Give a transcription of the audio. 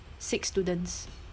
six students